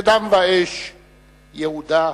בדם ואש יהודה תקום.